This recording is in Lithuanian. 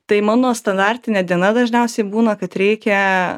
tai mano standartinė diena dažniausiai būna kad reikia